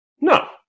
No